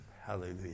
Hallelujah